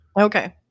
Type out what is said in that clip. Okay